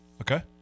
okay